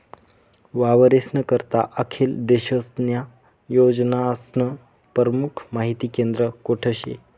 वावरेस्ना करता आखेल देशन्या योजनास्नं परमुख माहिती केंद्र कोठे शे?